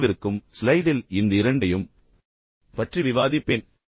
எனவே வரவிருக்கும் ஸ்லைடில் இந்த இரண்டையும் பற்றி விவாதிப்பேன்